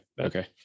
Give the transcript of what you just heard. okay